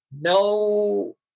no